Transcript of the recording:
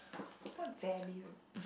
what value